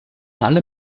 alle